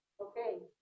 Okay